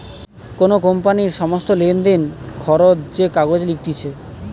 কোন কোম্পানির সমস্ত লেনদেন, খরচ যে কাগজে লিখতিছে